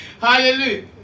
Hallelujah